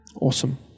Awesome